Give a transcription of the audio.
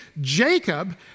Jacob